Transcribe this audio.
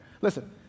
Listen